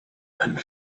and